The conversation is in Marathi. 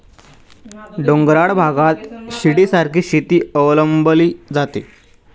डोंगराळ भागात शिडीसारखी शेती अवलंबली जाते